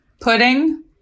Pudding